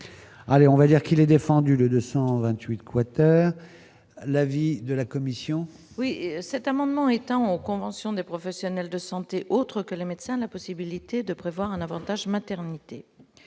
on va dire qu'il est défendu de 228 quater l'avis de la commission.